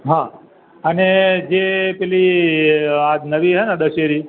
હા અને જે પેલી આ જે નવી છે ને દશેરી